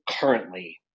currently